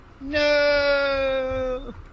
No